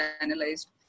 analyzed